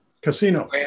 Casino